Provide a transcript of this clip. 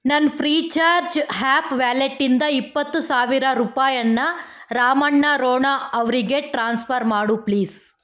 ನನ್ನ Freecharge app ವ್ಯಾಲೆಟ್ಟಿಂದ ಇಪ್ಪತ್ತು ಸಾವಿರ ರೂಪಾಯನ್ನು ರಾಮಣ್ಣ ರೋಣ ಅವರಿಗೆ ಟ್ರಾನ್ಸ್ಫರ್ ಮಾಡು ಪ್ಲೀಸ್